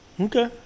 okay